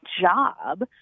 job